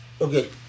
Okay